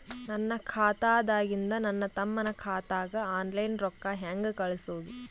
ನನ್ನ ಖಾತಾದಾಗಿಂದ ನನ್ನ ತಮ್ಮನ ಖಾತಾಗ ಆನ್ಲೈನ್ ರೊಕ್ಕ ಹೇಂಗ ಕಳಸೋದು?